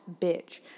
bitch